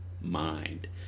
mind